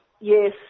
Yes